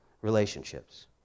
relationships